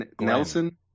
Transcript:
Nelson